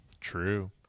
True